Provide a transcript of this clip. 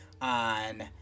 On